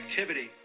activity